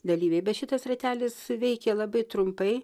dalyviai bet šitas ratelis veikė labai trumpai